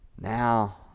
Now